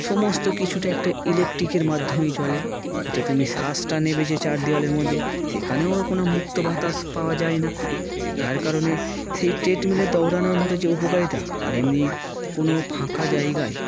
সমস্ত কিছুটা একটা ইলেকট্রিকের মাধ্যমেই চলে যেটা তুমি শ্বাস টা নেবে যে চার দেিওয়ালের মধ্যে সেখানেও কোনো মুক্ত ভাতাস পাওয়া যায় না যার কারণে সেই ট্রেডমিলেের দৌড়ানোর মতো যে উপকারিতা আর এমনি কোনো ফাঁকা জায়গায়